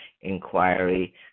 inquiry